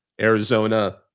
Arizona